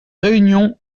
réunions